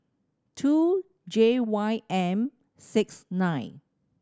two J Y M six nine